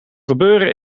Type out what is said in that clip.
gebeuren